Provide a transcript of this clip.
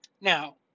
now